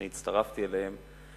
ואני הצטרפתי אליהם,